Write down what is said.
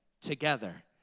together